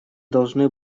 должны